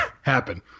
happen